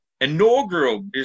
inaugural